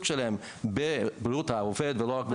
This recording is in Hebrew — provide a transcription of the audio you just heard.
שלהם בבריאות העובד ולא רק בבטיחות.